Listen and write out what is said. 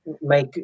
make